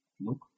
look